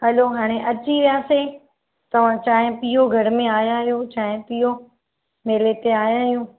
हलो हाणे अची वियासीं तव्हां चांहि पीओ घर में आया आहियो चांहि पियो मेले ते आयां आहियूं